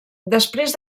després